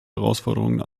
herausforderungen